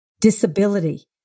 disability